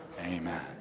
Amen